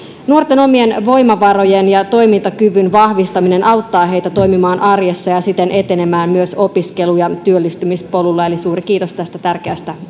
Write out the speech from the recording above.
nuorten omien voimavarojen ja toimintakyvyn vahvistaminen auttaa heitä toimimaan arjessa ja siten etenemään myös opiskelu ja työllistymispolulla eli suuri kiitos tästä tärkeästä